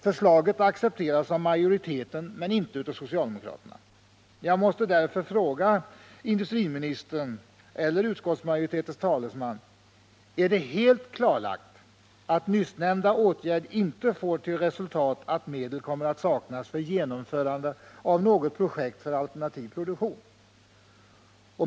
Förslaget accepteras av majoriteten men inte av socialdemckraterna. Jag måste därför fråga industriministern eller utskottsmajoritetens talesman: Är det helt klarlagt att nyssnämnda åtgärd inte får till resultat att medel kommer att saknas för genomförandet av något projekt för alternativ produktion?